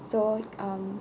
so um